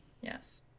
Yes